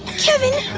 kevin!